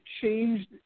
changed